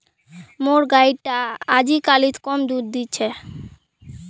मोर गाय टा अजकालित कम दूध दी छ